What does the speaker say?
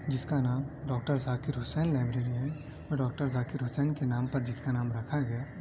جس کا نام ڈاکٹر ذاکر حسین لائبریری ہے اور ڈاکٹر ذاکر حسین کے نام پر جس کا نام رکھا گیا